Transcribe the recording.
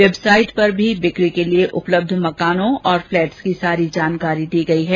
website पर भी बिक्री के लिए उपलब्ध मकानों तथा फ्लैट्स की सारी जानकारी दी गई है